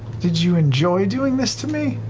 did you enjoy doing this to me?